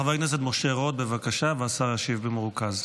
חבר הכנסת משה רוט, בבקשה, והשר ישיב במרוכז.